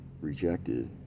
rejected